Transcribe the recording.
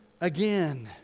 again